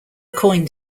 coined